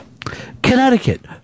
Connecticut